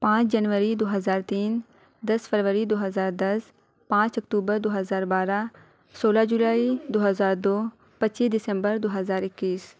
پانچ جنوری دو ہزار تین دس فروری دو ہزار دس پانچ اکتوبر دو ہزار بارہ سولہ جولائی دو ہزار دو پچیس دسمبر دو ہزار اکیس